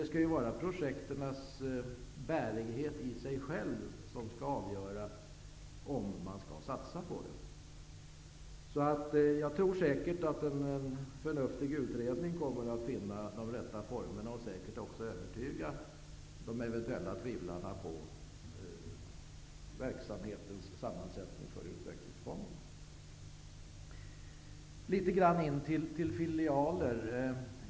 Det skall ju vara projektens bärighet som skall avgöra om pengar skall satsas på dem. Jag tror därför att en förnuftig utredning kommer att finna de rätta formerna och att en sådan säkert också kommer att överyga de eventuella tvivlarna om verksamhetens sammansättning för utvecklingsfonderna. Jag skall säga något om filialer.